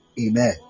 Amen